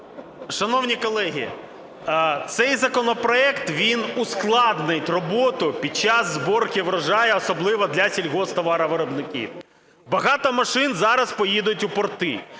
Шановні колеги, цей законопроект, він ускладнить роботу під час зборки врожаю, особливо для сільгосптоваровиробників. Багато машин зараз поїдуть у порти,